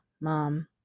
mom